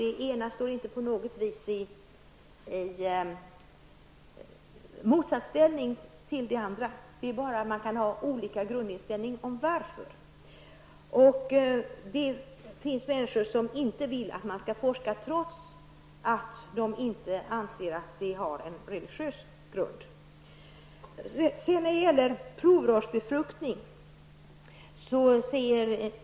Den ena inriktningen står inte på något vis i motsatsställning till den andra. Människor kan med olika grundinställning komma fram till samma slutsats i frågan. Det finns alltså människor som utan att grunda detta på religiösa skäl inte vill ha forskning på detta område.